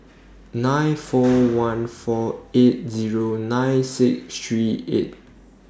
nine four one four eight Zero nine six three eight